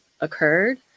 occurred